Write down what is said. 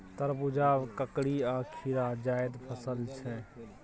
तरबुजा, ककरी आ खीरा जाएद फसल छै